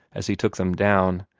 as he took them down,